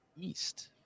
East